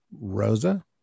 Rosa